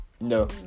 no